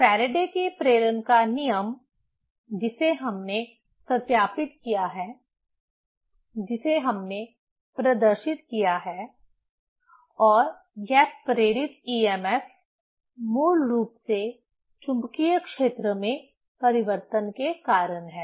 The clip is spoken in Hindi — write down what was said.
फैराडे के प्रेरण का नियम Faraday's law of induction जिसे हमने सत्यापित किया है जिसे हमने प्रदर्शित किया है और यह प्रेरित EMF मूल रूप से चुंबकीय क्षेत्र में परिवर्तन के कारण है